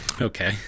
Okay